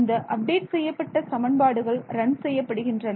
இந்த அப்டேட் செய்யப்பட்ட சமன்பாடுகள் ரன் செய்யப்படுகின்றன